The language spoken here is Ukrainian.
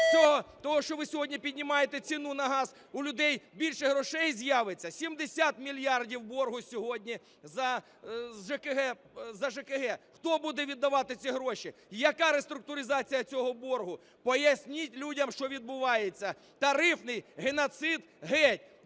того, що ви сьогодні піднімаєте ціну на газ, у людей більше грошей з'явиться? 70 мільярдів боргу сьогодні за ЖКГ. Хто буде віддавати ці гроші? Яка реструктуризація цього боргу? Поясніть людям, що відбувається. Тарифний геноцид – геть,